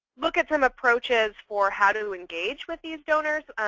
look at some approaches for how to engage with these donors,